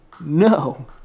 No